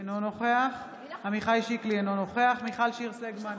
אינו נוכח עמיחי שיקלי, אינו נוכח מיכל שיר סגמן,